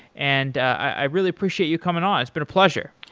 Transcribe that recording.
and i really appreciate you coming on. it's been a pleasure.